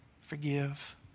forgive